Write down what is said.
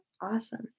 Awesome